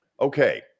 Okay